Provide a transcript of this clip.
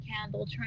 candle